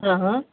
ହଁ ହଁ